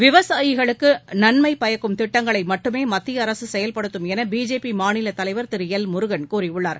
விவசாயிகளுக்கு நன்மை பயக்கும் திட்டங்களை மட்டுமே மத்திய அரசு செயல்படுத்தும் என பிஜேபி மாநில தலைவர் திரு எல் முருகன் கூறியுள்ளார்